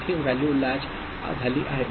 तिथे value launch झाली आहे